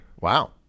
Wow